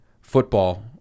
Football